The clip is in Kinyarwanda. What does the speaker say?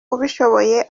ubishoboye